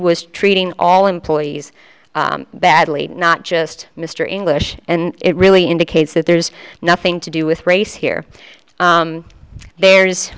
was treating all employees badly not just mr english and it really indicates that there's nothing to do with race here there